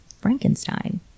Frankenstein